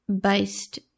based